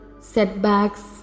setbacks